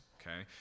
okay